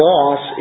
Loss